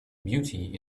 beauty